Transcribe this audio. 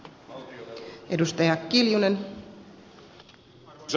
arvoisa puhemies